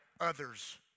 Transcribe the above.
others